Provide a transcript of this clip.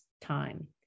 time